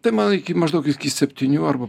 tai man iki maždaug iki septynių arba